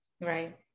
Right